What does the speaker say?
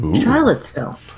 Charlottesville